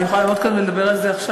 אני יכולה לעמוד כאן ולדבר על זה עכשיו.